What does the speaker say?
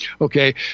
Okay